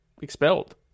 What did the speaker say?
expelled